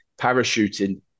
parachuting